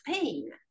pain